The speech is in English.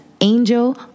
Angel